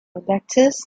letters